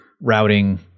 routing